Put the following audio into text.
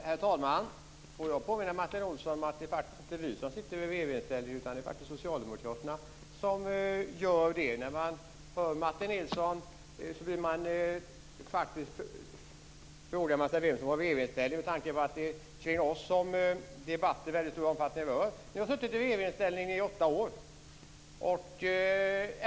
Herr talman! Får jag påminna Martin Nilsson om att det inte är vi som sitter i regeringsställning, utan det är Socialdemokraterna som gör det. När man hör Martin Nilsson frågar man sig vem som är i regeringsställning, med tanke på att debatten i mycket stor omfattning rör oss. Ni har suttit i regeringsställning i åtta år.